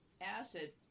acid